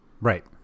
Right